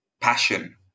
passion